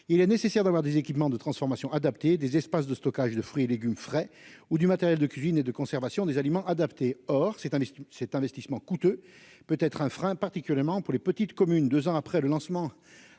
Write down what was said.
il est nécessaire d'avoir des équipements de transformation des espaces de stockage de fruits et légumes frais ou du matériel de cuisine et de conservation des aliments adaptés, or cette année, cet investissement coûteux peut être un frein, particulièrement pour les petites communes, 2 ans après le lancement,